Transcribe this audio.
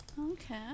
Okay